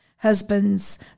husband's